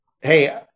hey